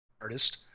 artist